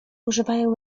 używają